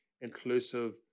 inclusive